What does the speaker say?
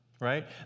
right